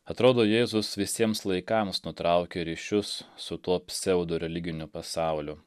atrodo jėzus visiems laikams nutraukė ryšius su tuo pseudoreliginiu pasauliu